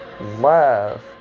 love